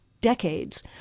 decades